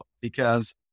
because-